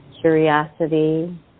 curiosity